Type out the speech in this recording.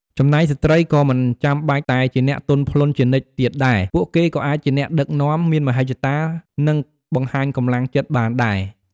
ចំណែកស្ត្រី ក៏មិនចាំបាច់តែជាអ្នកទន់ភ្លន់ជានិច្ចទៀតដែរ ពួកគេក៏អាចជាអ្នកដឹកនាំ មានមហិច្ឆតា និងបង្ហាញកម្លាំងចិត្តបានដែរ។